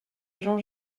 jean